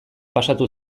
pasatu